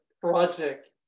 project